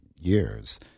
years